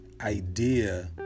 idea